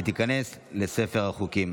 ותיכנס לספר החוקים.